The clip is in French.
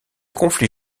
conflit